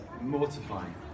mortifying